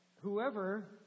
whoever